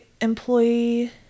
employee